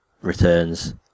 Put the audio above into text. Returns